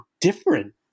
different